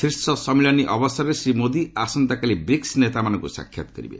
ଶୀର୍ଷ ସମ୍ମିଳନୀ ଅବସରରେ ଶ୍ରୀ ମୋଦି ଆସନ୍ତାକାଲି ବ୍ରିକ୍ସ ନେତାମାନଙ୍କୁ ସାକ୍ଷାତ କରିବେ